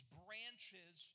branches